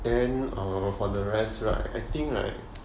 and for the rest right I think like